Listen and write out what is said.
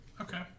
Okay